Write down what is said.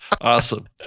Awesome